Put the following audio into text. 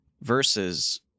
versus